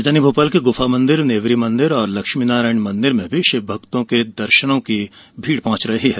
राजधानी भोपाल के गुफा मंदिर नेवरी मंदिर और लक्ष्मीनारायण मंदिर में शिवभक्त दर्शनों के लिए पहुंच रहे हैं